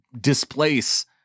displace